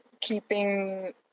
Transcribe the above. keeping